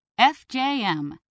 FJM